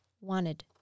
wanted